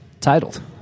Titled